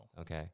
Okay